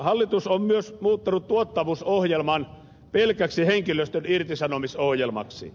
hallitus on myös muuttanut tuottavuusohjelman pelkäksi henkilöstön irtisanomisohjelmaksi